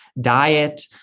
diet